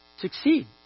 Succeed